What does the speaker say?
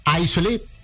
isolate